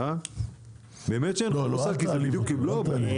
כי זה בדיוק הפוך.